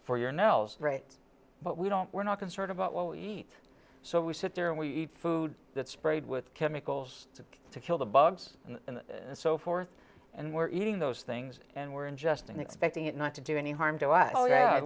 for your nels but we don't we're not concerned about what we eat so we sit there and we eat food that sprayed with chemicals to kill the bugs and so forth and we're eating those things and we're ingesting expecting it not to do any harm to us